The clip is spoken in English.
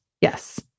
Yes